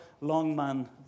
Longman